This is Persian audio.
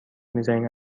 میذارین